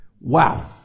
Wow